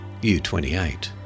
U-28